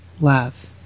love